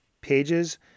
pages